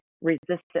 resistance